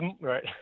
Right